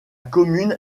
commune